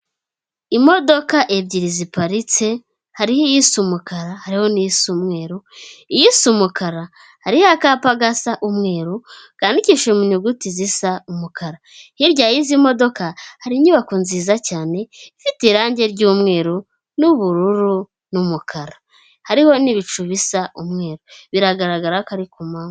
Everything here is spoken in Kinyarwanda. Imodoka ebyiri ziparitse hariho isa umukara hariho n'isa umweru, isa umukara hariho akapa gasa umweru kandikishije mu nyuguti zisa umukara, hirya y'izi modoka hari inyubako nziza cyane ifite irangi ry'umweru n'ubururu n'umukara hariho n'ibicu bisa umweru, biragaragara ko ari ku ku manywa.